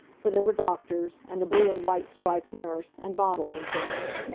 for there were doctors, and a blue-and-white striped nurse, and bottles and things.